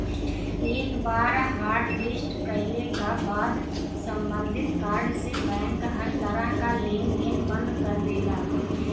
एक बार हॉटलिस्ट कइले क बाद सम्बंधित कार्ड से बैंक हर तरह क लेन देन बंद कर देला